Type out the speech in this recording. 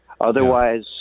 Otherwise